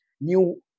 new